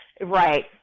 Right